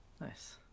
Nice